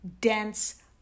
dense